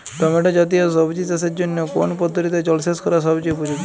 Tomato জাতীয় সবজি চাষের জন্য কোন পদ্ধতিতে জলসেচ করা সবচেয়ে উপযোগী?